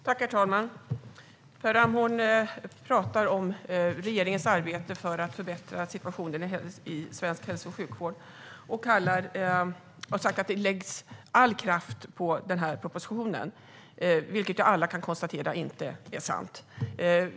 Herr talman! Per Ramhorn pratar om regeringens arbete för att förbättra situationen i svensk hälso och sjukvård och har sagt att all kraft läggs på den här propositionen, vilket alla kan konstatera inte är sant.